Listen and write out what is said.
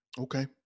Okay